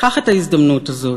קח את ההזדמנות הזאת.